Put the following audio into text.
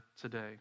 today